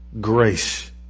grace